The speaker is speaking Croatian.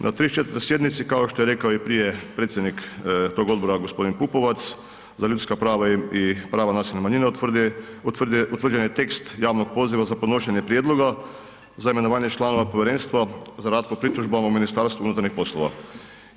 Na 34. sjednici kao što je rekao i prije predsjednik tog odbora, g. Pupovac, za ljudska prava i prava nacionalnih manjina, utvrđen je tekst javnog poziva za podnošenje prijedloga za imenovanje članova Povjerenstva za rad po pritužbama u MUP-u.